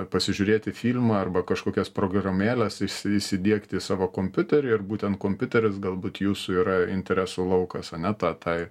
pasižiūrėti filmą arba kažkokias programėles įsi įsidiegti į savo kompiuterį ir būtent kompiuteris galbūt jūsų yra interesų laukas ane tą tai